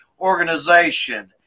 organization